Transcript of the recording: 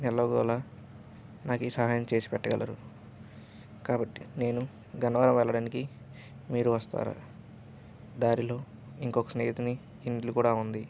ఎలాగో అలా నాకు ఈ సహాయం చేసి పెట్టగలరు కాబట్టి నేను గన్నవరం వెళ్ళడానికి మీరు వస్తారా దారిలో ఇంకొక స్నేహితుని ఇల్లు కూడా ఉంది